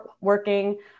working